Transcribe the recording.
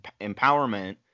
empowerment